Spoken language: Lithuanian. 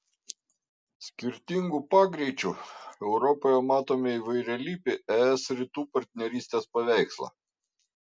skirtingų pagreičių europoje matome įvairialypį es rytų partnerystės paveikslą